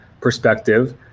perspective